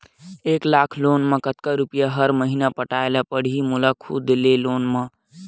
एक लाख के लोन मा कतका रुपिया हर महीना पटाय ला पढ़ही मोर खुद ले लोन मा?